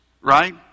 right